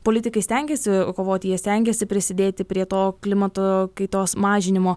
politikai stengiasi kovoti jie stengiasi prisidėti prie to klimato kaitos mažinimo